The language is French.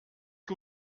que